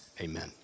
Amen